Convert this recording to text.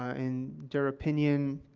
ah in their opinion,